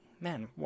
man